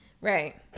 Right